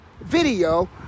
video